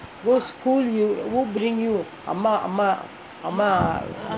go school you who bring you அம்மா அம்மா அம்மா:amma amma amma